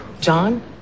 John